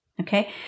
Okay